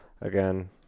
again